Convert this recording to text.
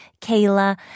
Kayla